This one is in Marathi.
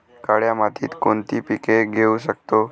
काळ्या मातीत कोणती पिके घेऊ शकतो?